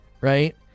right